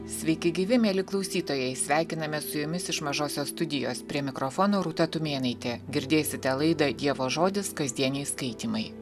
sveiki gyvi mieli klausytojai sveikiname su jumis iš mažosios studijos prie mikrofono rūta tumėnaitė girdėsite laidą dievo žodis kasdieniai skaitymai